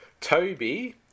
Toby